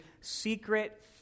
Secret